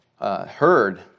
heard